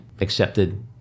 accepted